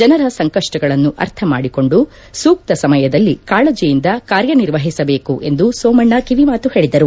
ಜನರ ಸಂಕಷ್ಟಗಳನ್ನು ಅರ್ಥ ಮಾಡಿಕೊಂಡು ಸೂಕ್ತ ಸಮಯದಲ್ಲಿ ಕಾಳಜಿಯಿಂದ ಕಾರ್ಯನಿರ್ವಹಿಸಬೇಕು ಎಂದು ಸೋಮಣ್ಣ ಕಿವಿಮಾತು ಹೇಳಿದರು